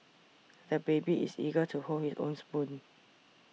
the baby is eager to hold his own spoon